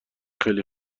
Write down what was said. خیلی